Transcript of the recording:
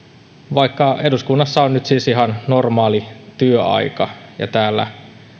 vaikka eduskunnassa on nyt siis ihan normaali työaika ja täällä